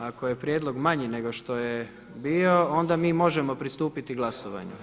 Ako je prijedlog manji nego što je bio onda mi možemo pristupiti glasovanju.